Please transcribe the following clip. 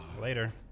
Later